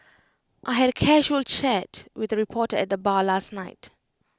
I had A casual chat with A reporter at the bar last night